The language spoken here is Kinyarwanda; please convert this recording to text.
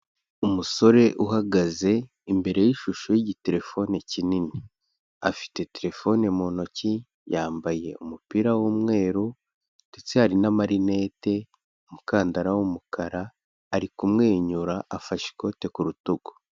Umusore uhagaze imbere y'ishusho y'igiterefone kinini, afite terefone mu ntoki, yambaye umupira w'umweru ndetse hari n'amarinete, umukandara w'umukara; ari kumwenyura, afashe ikote ku rutugu.